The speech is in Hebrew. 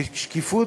ושקיפות,